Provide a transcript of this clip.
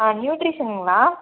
ஆ நியூட்ரிஷியன்ங்களா